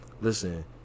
listen